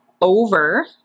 over